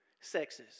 sexes